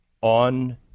on